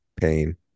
pain